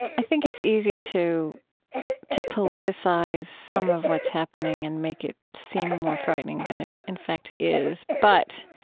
i think it's easy to to politicize some of what's happening and make it seem more frightening than it in fact is. but